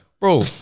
Bro